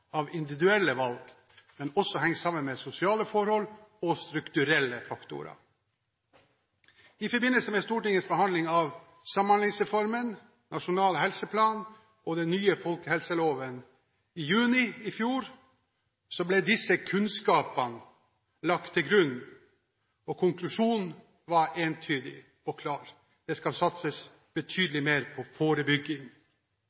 av individuelle valg, men også henger sammen med sosiale forhold og strukturelle faktorer. I forbindelse med Stortingets behandling av Samhandlingsreformen, Nasjonal helseplan og den nye folkehelseloven i juni i fjor ble disse kunnskapene lagt til grunn. Konklusjonen var entydig og klar: Det skal satses